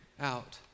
out